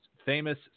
famous